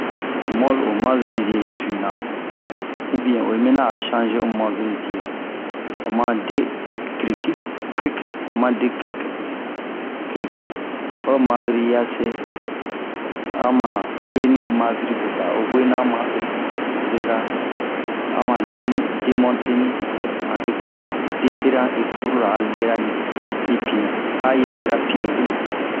o monviri sie yi tiuna u bin oyi mina a changer o monviri sie o ma de criki crik oma de crik crike o monviri yiase a man hueni ho monviri beza oyi huenia o monviri beza ama leni demonter an ecuru desserer an ecuru ra a lerani pinɛ a i dera pinɛ binu